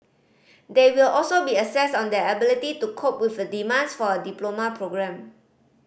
they will also be assessed on their ability to cope with the demands for a diploma programme